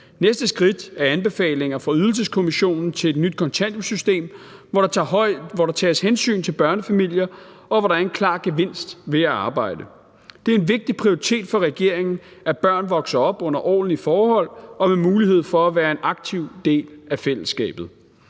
Næste skridt er anbefalinger fra Ydelseskommissionen til et nyt kontanthjælpssystem, hvor der tages hensyn til børnefamilier, og hvor der er en klar gevinst ved at arbejde. Det er en vigtig prioritet for regeringen, at børn vokser op under ordentlige forhold og med mulighed for at være en aktiv del af fællesskabet.